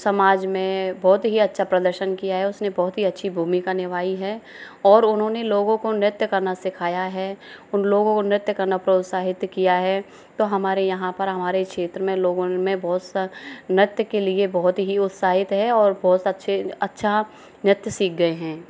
समाज में बहुत ही अच्छा प्रदर्शन किया है उसने बहुत ही अच्छी भूमिका निभाई है और उन्होंने लोगों को नृत्य करना सिखाया है उन लोगों को नृत्य करना प्रोत्साहित किया है तो हमारे यहाँ पर हमारे क्षेत्र में लोगों में बहुत सारे नृत्य के लिए बहुत ही उत्साहित है और बहुत अच्छे अच्छा नृत्य सीख गए हैं